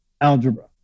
algebra